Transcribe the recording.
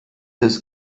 des